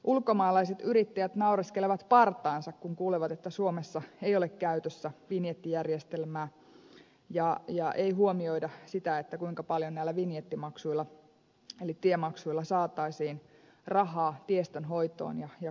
ulkomaalaiset yrittäjät naureskelevat partaansa kun kuulevat että suomessa ei ole käytössä vinjettijärjestelmää ja ei huomioida sitä kuinka paljon näillä vinjettimaksuilla eli tiemaksuilla saataisiin rahaa tiestön hoitoon ja kunnossapitoon